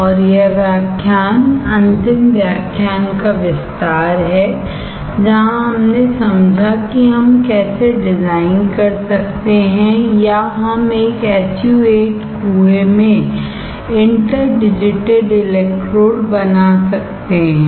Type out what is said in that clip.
और यह व्याख्यान अंतिम व्याख्यान का विस्तार है जहां हमने समझा कि हम कैसे डिजाइन कर सकते हैं या हम एक SU 8 कुएं में इंटर डिजिटेड इलेक्ट्रोड बना सकते हैं